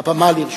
הבמה לרשותך.